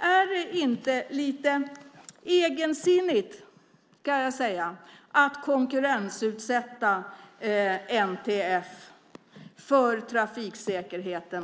Är det inte lite egensinnigt, Åsa Torstensson, att konkurrensutsätta NTF med tanke på trafiksäkerheten?